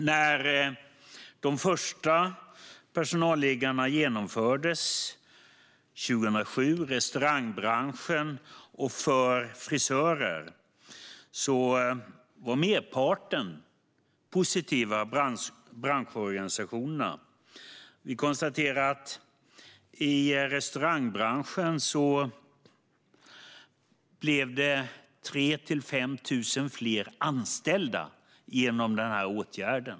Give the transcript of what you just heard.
När personalliggare först infördes 2007, för restauranger och för frisörer, var merparten av branschorganisationerna positiva. Vi konstaterade att i restaurangbranschen blev det 3 000-5 000 fler anställda genom denna åtgärd.